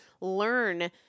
Learn